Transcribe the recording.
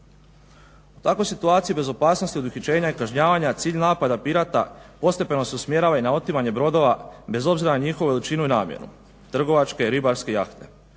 U takvoj situaciji bez opasnosti od uhićenja i kažnjavanja cilj napada pirata postepeno se usmjerava i na otimanje brodova bez obzira na njihovu veličinu i namjenu, trgovačke i ribarske jahte,